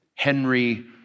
Henry